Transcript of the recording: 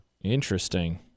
Interesting